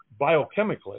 biochemically